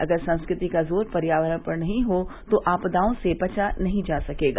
अगर संस्कृति का जोर पर्यावरण पर नहीं हो तो आपदाओं से बचा नहीं जा सकेगा